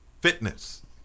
fitness